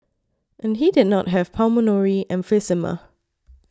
and he did not have pulmonary emphysema